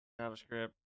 JavaScript